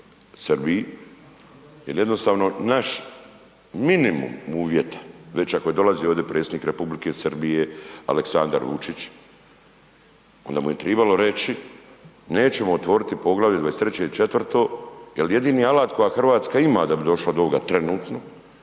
jer jednostavno naš minimum uvjeta, već ako je dolazio ovdje predsjednik Republike Srbije Aleksandar Vučić, onda mu je trebalo reći nećemo otvoriti poglavlje 23. i četvrto jer jedini alat koji Hrvatska ima da bi došla do ovoga trenutno